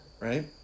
Right